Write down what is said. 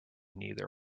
neither